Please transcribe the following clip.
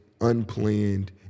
unplanned